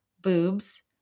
boobs